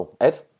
Ed